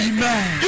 Amen